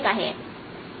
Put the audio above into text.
अन्यथा यह कण समान है